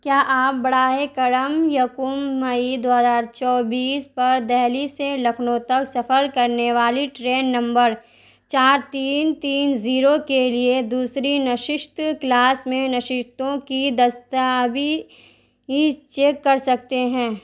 کیا آپ براہ کرم یکم مئی دو ہزار چوبیس پر دلی سے لکھنؤ تک سفر کرنے والی ٹرین نمبر چار تین تین زیرو کے لیے دوسری نششت کلاس میں نشستوں کی دستیابی چیک کر سکتے ہیں